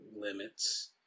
limits